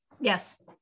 Yes